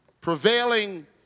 prevailing